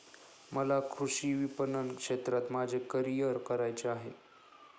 मला कृषी विपणन क्षेत्रात माझे करिअर करायचे आहे